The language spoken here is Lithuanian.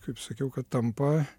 kaip sakiau kad tampa